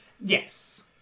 Yes